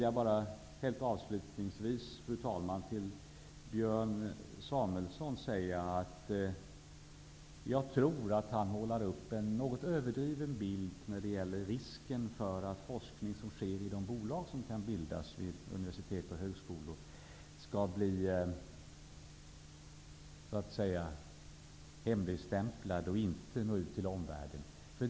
Jag tror att Björn Samuelson målar upp en något överdriven bild när det gäller risken för att den forskning som skall ske inom de bolag som kan bildas vid universitet och högskolor skall bli så att säga hemligstämplad och inte nå ut till omvärlden.